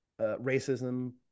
racism